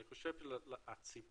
אני חושב שהציבור